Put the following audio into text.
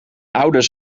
ouders